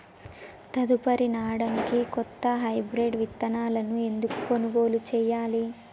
తదుపరి నాడనికి కొత్త హైబ్రిడ్ విత్తనాలను ఎందుకు కొనుగోలు చెయ్యాలి?